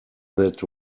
that